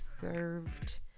served